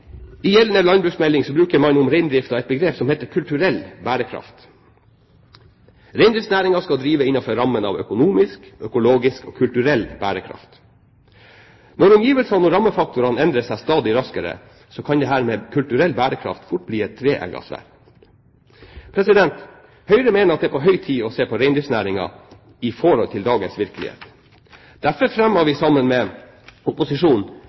I gjeldende landbruksmelding bruker man om reindriften et begrep som heter «kulturell bærekraft». Reindriftsnæringen skal drives innenfor rammen av økonomisk, økologisk og kulturell bærekraft. Når omgivelsene og rammefaktorene endrer seg stadig raskere, kan dette med kulturell bærekraft fort bli et tveegget sverd. Høyre mener det er på høy tid å se på reindriftsnæringen i forhold til dagens virkelighet. Derfor fremmet vi i opposisjonen i forbindelse med